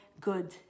good